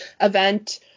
event